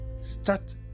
Start